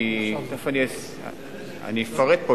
כי תיכף אפרט פה,